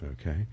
Okay